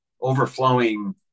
overflowing